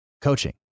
coaching